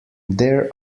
there